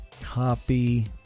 Copy